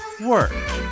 work